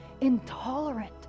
intolerant